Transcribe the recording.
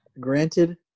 Granted